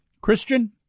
Christian